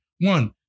One